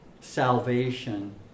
salvation